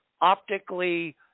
optically